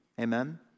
Amen